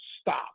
Stop